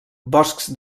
boscs